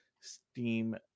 Steam